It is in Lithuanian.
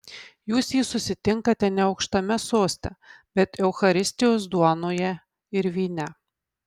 jūs jį susitinkate ne aukštame soste bet eucharistijos duonoje ir vyne